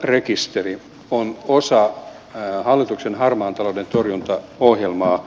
verovelkarekisteri on osa hallituksen harmaan talouden torjuntaohjelmaa